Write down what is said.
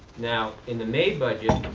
now in the may budget,